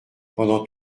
pendant